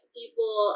people